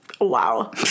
wow